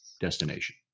destination